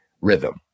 rhythm